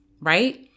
right